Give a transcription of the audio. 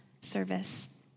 service